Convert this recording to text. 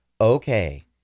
okay